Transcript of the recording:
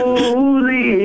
Holy